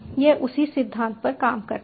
यह उसी सिद्धांत पर काम करता है